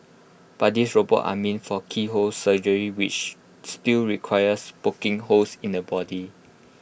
but these robots are meant for keyhole surgery which still requires poking holes in the body